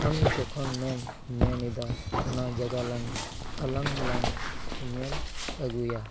ᱟᱢ ᱡᱚᱠᱷᱚᱱᱮᱢ ᱢᱮᱱᱮᱫᱟ ᱚᱱᱟ ᱡᱟᱭᱜᱟ ᱞᱟᱝ ᱟᱞᱟᱝ ᱞᱟᱝ ᱧᱮᱞ ᱟᱹᱜᱩᱭᱟ